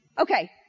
Okay